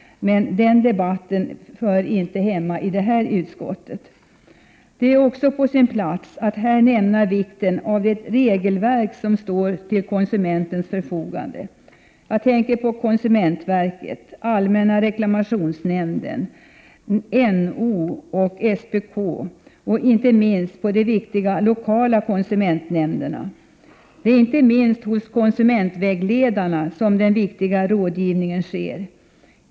Men den debatten hör inte hemma här. Det är också på sin plats att här nämna vikten av det regelverk som står till konsumentens förfogande. Jag tänker på konsumentverket, allmänna reklamationsnämnden, NO, SPK och de viktiga lokala konsumentnämnderna. Det är inte minst hos konsumentvägledaren som den viktiga rådgivningen sker.